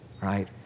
right